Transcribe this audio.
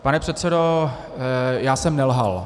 Pane předsedo, já jsem nelhal.